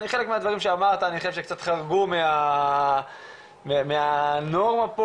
חלק מהדברים שאמרת אני חושב שהם קצת חרגו מהנורמה פה